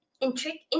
Intricate